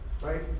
right